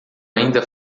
ainda